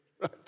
right